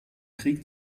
krieg